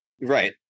Right